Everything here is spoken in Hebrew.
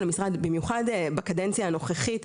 משרד הבריאות ובמיוחד בקדנציה הנוכחית,